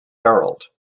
herald